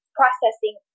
processing